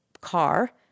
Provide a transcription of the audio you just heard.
car